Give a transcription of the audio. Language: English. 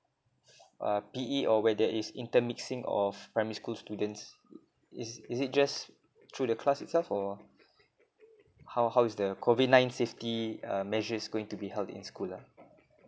uh P_E or where there is intermixing of primary school students is is it just through the class itself or how how is the COVID nine safety uh measures going to be held in school ah